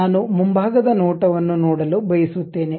ನಾನು ಮುಂಭಾಗದ ನೋಟ ವನ್ನು ನೋಡಲು ಬಯಸುತ್ತೇನೆ